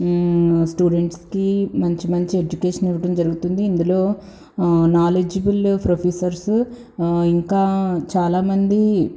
students కి మంచి మంచి ఎడ్యుకేషన్ ఇవ్వటం జరుగుతుంది ఇందులో నాలెడ్జిబుల్ ప్రొఫెసర్సు ఇంకా చాలామంది